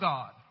God